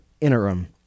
interim